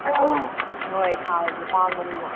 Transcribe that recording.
ꯍꯣꯏ ꯊꯥꯎꯒꯤ ꯇꯥꯡꯕꯅꯤꯅ